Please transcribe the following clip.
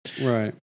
Right